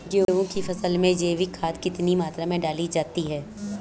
गेहूँ की फसल में जैविक खाद कितनी मात्रा में डाली जाती है?